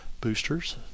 boosters